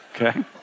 Okay